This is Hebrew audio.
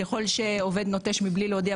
ככל שעובד נוטש מבלי להודיע,